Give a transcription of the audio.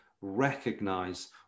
recognize